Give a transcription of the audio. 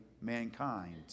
mankind